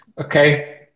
Okay